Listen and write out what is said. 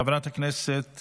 חברת הכנסת